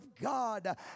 God